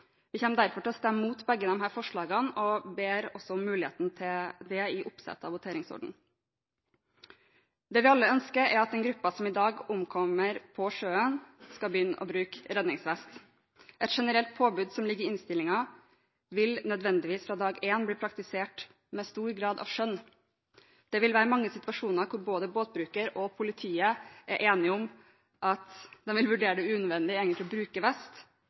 Vi kommer derfor til å stemme imot begge disse forslagene – vi ber om muligheten til det i oppsettet av voteringsrekkefølgen. Det vi alle ønsker, er at den gruppen som har størst risiko for å omkomme på sjøen, skal begynne å bruke redningsvest. Et generelt påbud – som ligger i innstillingen – vil fra dag én nødvendigvis bli praktisert med stor grad av skjønn. Det vil være mange situasjoner hvor både båtbrukere og politiet egentlig vil vurdere det som unødvendig å bruke vest,